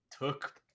took